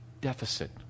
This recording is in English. deficit